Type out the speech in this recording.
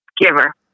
Giver